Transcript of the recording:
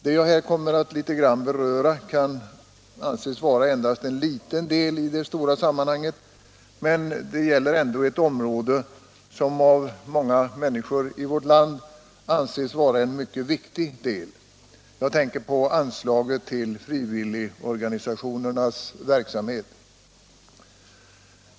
Det jag här kommer att beröra kan synas utgöra endast en liten del i det stora sammanhanget, men det gäller ett område som av många människor i vårt land anses vara en mycket viktig del — jag tänker på anslaget till frivilligorganisationernas verksamhet.